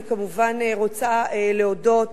אני כמובן רוצה להודות